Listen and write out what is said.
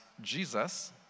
Jesus